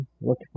Look